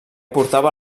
portava